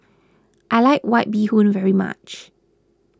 I like White Bee Hoon very much